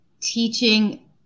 teaching